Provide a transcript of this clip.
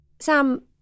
Sam